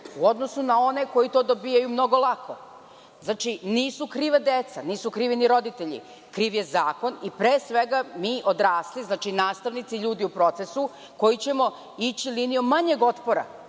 u odnosu na one koji to dobijaju mnogo lako. Znači, nisu kriva deca, nisu krivi ni roditelji. Kriv je Zakon i, pre svega, mi odrasli, znači nastavnici, ljudi u procesu, koji ćemo ići linijom manjeg otpora.